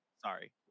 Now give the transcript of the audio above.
Sorry